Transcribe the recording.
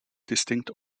distinct